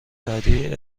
بعدی